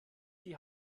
die